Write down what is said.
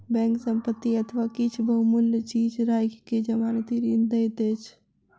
bank संपत्ति अथवा किछ बहुमूल्य चीज राइख के जमानती ऋण दैत अछि